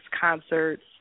concerts